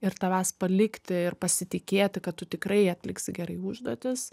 ir tavęs palikti ir pasitikėti kad tu tikrai atliksi gerai užduotis